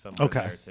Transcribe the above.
Okay